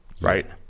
right